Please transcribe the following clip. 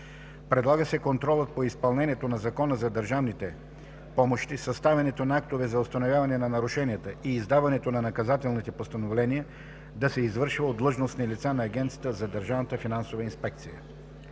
Предлага се контролът по изпълнението на Закона за държавните помощи, съставянето на актове за установяване на нарушенията и издаването на наказателните постановления да се извършва от длъжностни лица на Агенцията за държавната финансова инспекция.